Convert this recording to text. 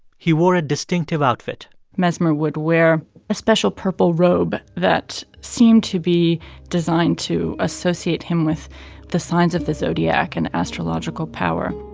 he wore a distinctive outfit mesmer would wear a special purple robe that seemed to be designed to associate him with the signs of the zodiac and astrological power